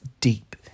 deep